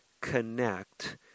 connect